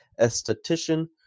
esthetician